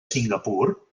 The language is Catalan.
singapur